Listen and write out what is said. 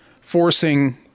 forcing